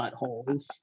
buttholes